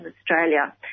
Australia